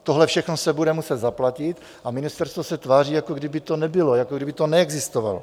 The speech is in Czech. Tohle všechno se bude muset zaplatit a ministerstvo se tváří, jako kdyby to nebylo, jako kdyby to neexistovalo.